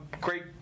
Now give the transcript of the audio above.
great